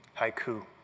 haiku.